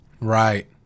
Right